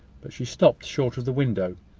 but she stopped short of the window.